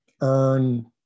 earn